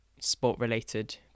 sport-related